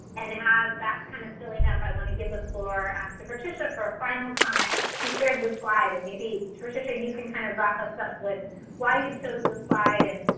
and as that's kind of filling up, i want to give the floor to patricia for a final comment. she shared this slide, and maybe patricia, you can kind of wrap us up with why you chose this slide. and